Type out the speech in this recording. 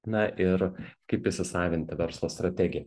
na ir kaip įsisavinti verslo strategiją